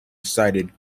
decided